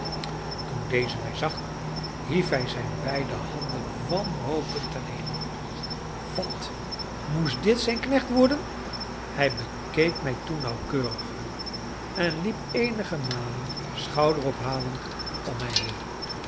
toen deze mij zag hief hij zijne beide handen wanhopend ten hemel wat moest dit zijn knecht worden hij bekeek mij toen nauwkeuriger en liep eenige malen schouderophalend om mij heen